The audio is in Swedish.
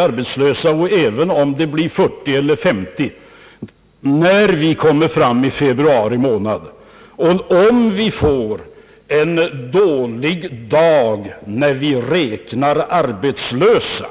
arbetslösa kan bli 40 000 eller 50 000, om vi får en dålig dag i februari när vi räknar dem.